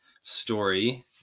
story